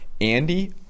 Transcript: Andy